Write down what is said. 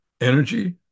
energy